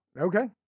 Okay